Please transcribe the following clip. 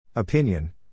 Opinion